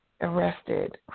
Arrested